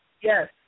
Yes